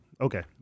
okay